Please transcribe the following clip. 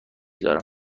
دارم